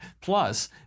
Plus